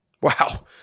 Wow